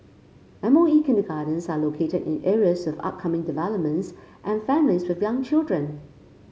M O E kindergartens are located in areas with upcoming developments and families with young children